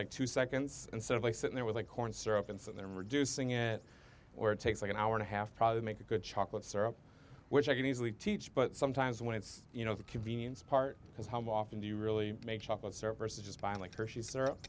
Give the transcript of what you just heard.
like two seconds instead of like sitting there with a corn syrup and they're reducing it or it takes like an hour and a half probably make a good chocolate syrup which i can easily teach but sometimes when it's you know the convenience part is how often do you really make chocolate syrup versus just buying like her she